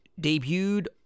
debuted